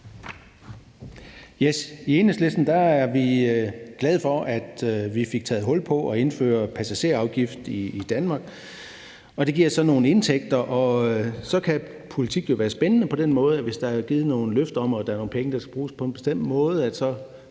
I Enhedslisten er vi glade for, at vi fik taget hul på at indføre passagerafgift i Danmark. Det giver så nogle indtægter, og så kan politik på den måde være spændende. Hvis der er givet nogle løfter om, at der er nogle penge, der skal bruges på en bestemt måde,